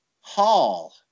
Hall